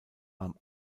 beim